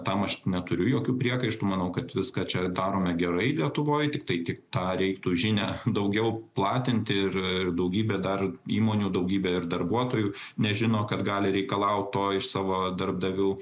tam aš neturiu jokių priekaištų manau kad viską čia darome gerai lietuvoj tiktai tik tą reiktų žinią daugiau platinti ir daugybė dar įmonių daugybę ir darbuotojų nežino kad gali reikalaut to iš savo darbdavių